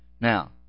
Now